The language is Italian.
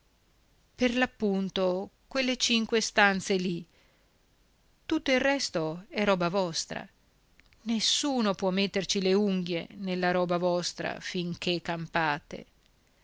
per l'appunto quelle cinque stanze lì tutto il resto è roba vostra nessuno può metterci le unghie nella roba vostra finché campate